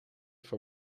voor